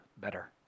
better